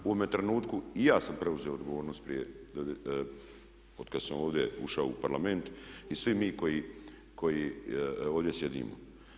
U ovome trenutku i ja sam preuzeo odgovornost prije, otkada sam ovdje ušao u Parlament i svi mi koji ovdje sjedimo.